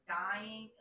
dying